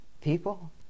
...people